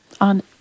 On